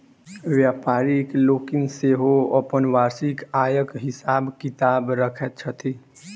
व्यापारि लोकनि सेहो अपन वार्षिक आयक हिसाब किताब रखैत छथि